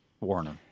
Warner